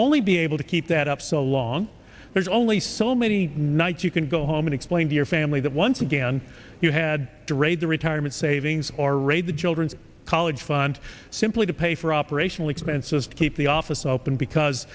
only be able to keep that up so long there's only so many nights you can go home and explain to your family that once again you had to raise the retirement savings or raid the children's college fund simply to pay for operational expenses to keep the office open because